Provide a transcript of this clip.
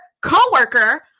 co-worker